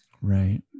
Right